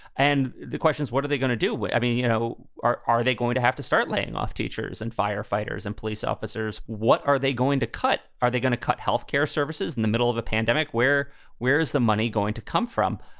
and the question is, what are they going to do? what i mean, you know, are are they going to have to start laying off teachers and firefighters and police officers? what are they going to cut? are they going to cut health care services in the middle of a pandemic? where where's the money going to come from?